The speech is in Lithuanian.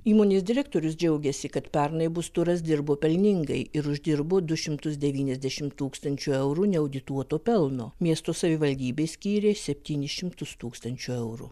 įmonės direktorius džiaugiasi kad pernai bus turas dirbo pelningai ir uždirbo du šimtus devyniasdešim tūkstančių eurų neaudituoto pelno miesto savivaldybė skyrė septynis šimtus tūkstančių eurų